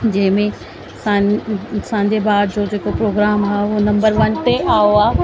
जंहिं में असां असांजे ॿार जो जेको प्रोग्राम आहे उहो नंबर वन ते आयो आहे